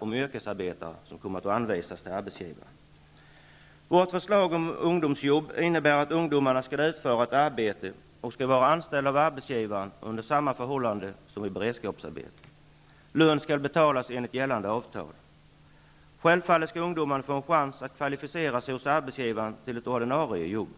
om yrkesarbetare. Vårt förslag om ungdomsjobb innebär att ungdomarna skall utföra ett arbete och vara anställda av arbetsgivaren under samma förhållanden som vid beredskapsarbete. Lön skall betalas enligt gällande avtal. Självfallet skall ungdomarna få en chans att kvalificera sig hos arbetsgivaren till ett ordinarie jobb.